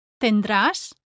tendrás